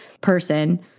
person